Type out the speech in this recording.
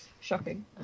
Shocking